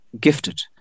gifted